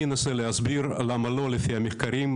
אני אנסה להסביר למה לא לפי המחקרים,